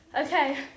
okay